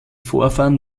vorfahren